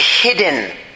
hidden